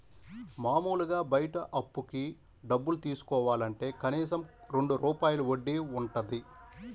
మాములుగా బయట అప్పుకి డబ్బులు తీసుకోవాలంటే కనీసం రెండు రూపాయల వడ్డీ వుంటది